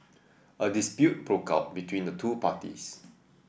a dispute broke out between the two parties